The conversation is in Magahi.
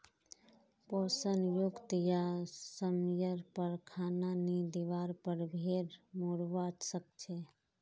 पोषण युक्त या समयर पर खाना नी दिवार पर भेड़ मोरवा सकछे